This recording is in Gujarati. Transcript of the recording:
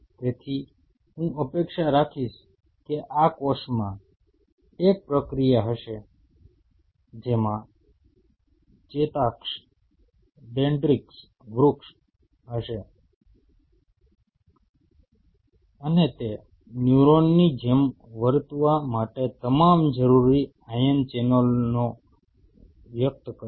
તેથી હું અપેક્ષા રાખીશ કે આ કોષમાં એક પ્રક્રિયા હશે જેમાં ચેતાક્ષ ડેંડ્રિટિક વૃક્ષ હશે અને તે ન્યુરોનની જેમ વર્તવા માટે તમામ જરૂરી આયન ચેનલોને વ્યક્ત કરશે